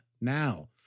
Now